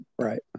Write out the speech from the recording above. right